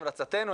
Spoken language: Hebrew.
המלצתנו,